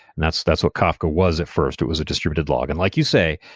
that's that's what kafka was at first. it was a distributed log. and like you say,